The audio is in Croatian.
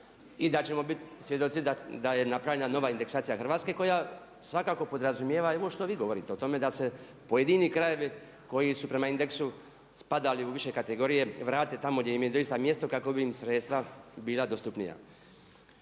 i da ćemo bit svjedoci da je napravljena nova indeksacija Hrvatske koja svakako podrazumijeva i ovo što vi govorite o tome da se pojedini krajevi koji su prema indeksu spadali u više kategorije vrate tamo gdje im je doista mjesto kako bi im sredstva bila dostupnija.